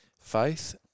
Faith